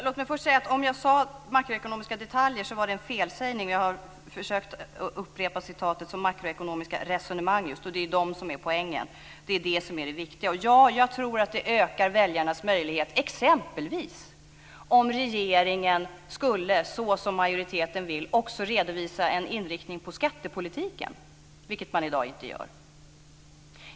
Herr talman! Om jag sade makroekonomiska detaljer var det en felsägning. Jag har försökt att upprepa citatet som makroekonomiska resonemang. Det är de som är poängen. Jag tror att det ökar väljarnas möjlighet, t.ex. om regeringen - som majoriteten vill - skulle redovisa en inriktning på skattepolitiken, vilket man i dag inte gör.